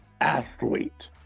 athlete